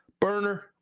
Burner